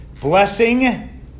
blessing